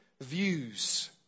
views